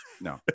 no